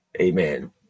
Amen